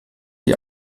die